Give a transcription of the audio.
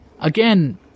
Again